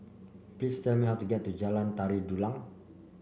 please tell me how to get to Jalan Tari Dulang